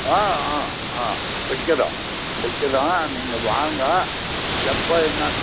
ஆ ஆ ஆ வைக்கிறோம் வைக்கிறோம் நீங்கள் வாங்க எப்போ என்ன